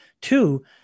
Two